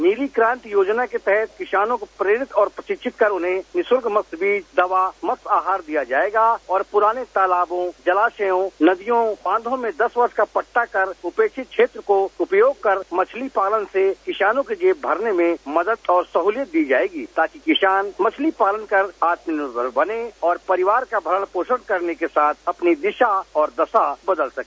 नीली क्रांति योजना के तहत किसानों को प्रेरित और प्रशिक्षित कर उन्हें निःशुल्क मत्स्य बीज दवा मत्स्य आहार दिया जायेगा और पुराने तालाबों जलाशयों नदियों बांधों में दस वर्ष का पटटा कर उपेक्षित क्षेत्र का उपयोग कर मछली पालन से किसानों की जेब भरने में मदद और सहलियत दी जायेगी ताकि किसान मछली पालन कर आत्मनिर्भर बने और परिवार का भरण पोषण करने के साथ अपने दिशा और दशा बदल सके